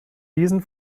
diesen